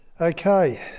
okay